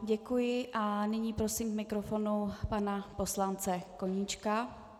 Děkuji a nyní prosím k mikrofonu pana poslance Koníčka.